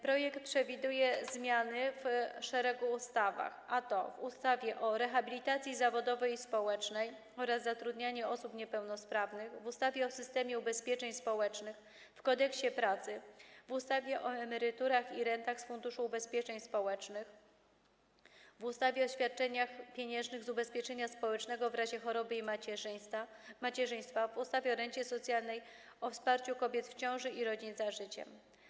Projekt zawiera zmiany w szeregu ustaw: w ustawie o rehabilitacji zawodowej i społecznej oraz zatrudnianiu osób niepełnosprawnych, w ustawie o systemie ubezpieczeń społecznych, w Kodeksie pracy, w ustawie o emeryturach i rentach z Funduszu Ubezpieczeń Społecznych, w ustawie o świadczeniach pieniężnych z ubezpieczenia społecznego w razie choroby i macierzyństwa, w ustawie o rencie socjalnej, w ustawie o wsparciu kobiet w ciąży i rodzin „ Za życiem”